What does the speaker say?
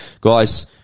guys